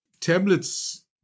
Tablets